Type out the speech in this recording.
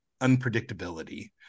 unpredictability